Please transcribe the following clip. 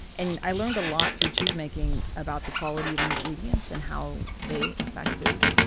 and i learned a lot through cheesemaking about the quality of ingredients and how they affect food.